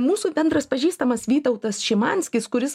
mūsų bendras pažįstamas vytautas šimanskis kuris